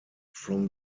from